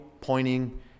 pointing